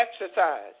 exercise